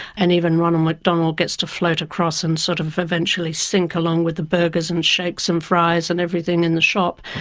and even ronald mcdonald gets to float across and sort of eventually sink along with the burgers and shakes and fries and everything in the shop.